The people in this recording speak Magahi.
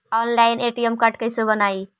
ऑनलाइन ए.टी.एम कार्ड कैसे बनाई?